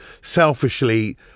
selfishly